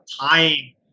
tying